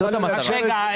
זאת המטרה.